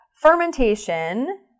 fermentation